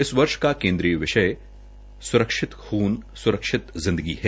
इस वर्ष का केन्द्रीय विषय सुरक्षित खून सुरक्षित जिदंगी है